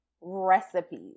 recipes